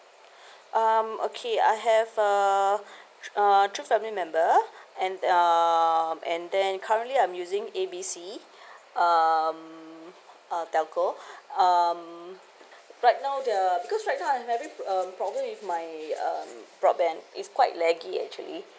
um okay I have a uh three family member and uh and then currently I'm using A B C um uh telco um right now the because I'm having um problem with my um broadband it's quite laggy actually